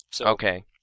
Okay